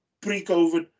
pre-covid